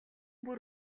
бүр